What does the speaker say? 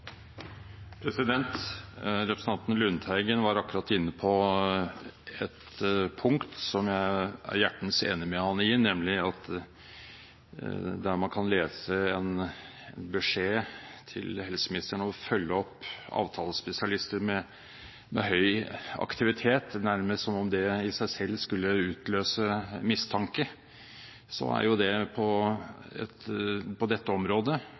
Representanten Lundteigen var akkurat inne på et punkt som jeg er hjertens enig med ham i, nemlig at hvis man leser en beskjed til helseministeren om å følge opp avtalespesialister med høy aktivitet nærmest som om det i seg selv skulle utløse mistanke, er jo det på dette området,